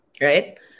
right